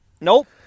Nope